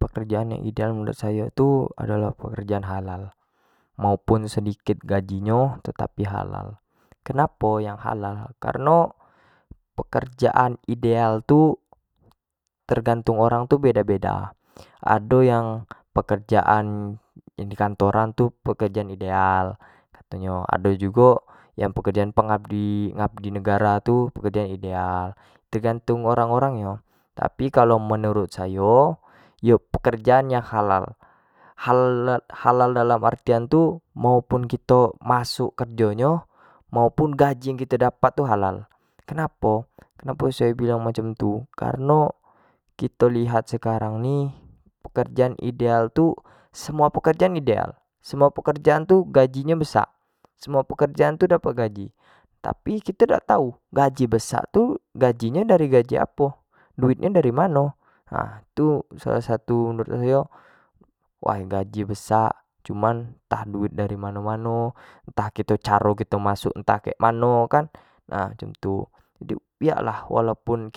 Pekerjaan yang ideal menurut sayo tu adalah pekerjaan halal, maupun sedikit gaji nyo tetap halal, kenapo yang halal, kareno pekerjaan yang ideal tu tergantung orang tu beda-beda, ado yang pekerjaan di kantoran tu pekerjaan ideal kato nyo, ado jugo yang pekerjaan pengabdi-ngabdi negara tu pekerjaan ideal, tergnatung orang-orang nyo, tapi menurut ayo yo pekerjaan yang halal, halal dalam artian tu maupun kito masuk dalam kerjaan nyo maupun gaji yang kito dapat tu halal, kenapo-kenapo sayo bilang macam tu kareno kito lihat sekarang ni semuo pkerejaan ideal, semua pekerjaan tu gaji nyo besak, semuo pekerjaan tu dapat gaji, tapi kito dak tau gaji besak tu gaji nyo dari gaji apo, duit nyo dari mano, ha itu salah satu menurut sayo, way gaji besak cuman ntah duit dari mano-mano, ntah caro kito masuk ntah cam mano kan, nah cam itu, biak lah meskipun